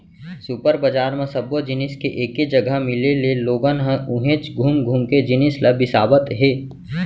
super बजार म सब्बो जिनिस एके जघा मिले ले लोगन ह उहेंच घुम घुम के जिनिस ल बिसावत हे